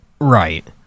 Right